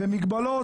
ו-"מגבלות"